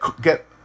get